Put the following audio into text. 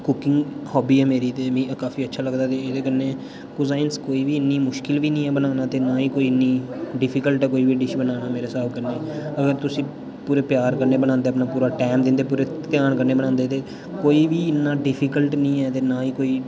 cooking hobby ऐ मेरी ते मी काफी अच्छा लगदा दे एह़दे कन्नै कूज़ाइन्स कोई बी इन्नी मुश्किल बी नी ऐ बनाना ते ना ई कोई इन्नी डिफिकल्ट कोई बी डिश बनाना मेरे स्हाब कन्नै अगर तुस ई पूरे प्यार कन्नै बनांदे अपना पूरा टैम दिन्दे पूरे ध्यान कन्नै बनांदे ते कोई बी इन्ना डिफिकल्ट नीं ऐ ते ना ई कोई